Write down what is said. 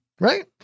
right